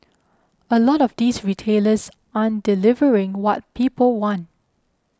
a lot of these retailers aren't delivering what people want